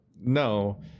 no